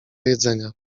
jedzenia